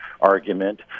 argument